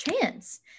chance